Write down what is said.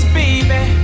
baby